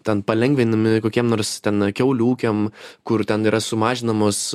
ten palengvinami kokiem nors ten kiaulių ūkiam kur ten yra sumažinamos